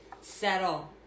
settle